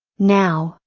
now,